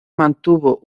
mantuvo